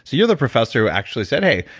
so you're the professor who actually said, hey,